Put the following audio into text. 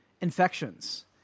infections